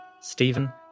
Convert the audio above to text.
Stephen